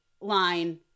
line